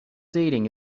dating